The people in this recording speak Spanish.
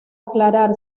aclarar